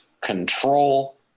control